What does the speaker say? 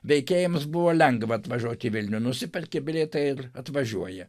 veikėjams buvo lengva atvažiuoti į vilnių nusiperki bilietą ir atvažiuoji